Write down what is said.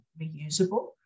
reusable